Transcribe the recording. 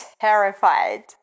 terrified